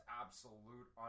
absolute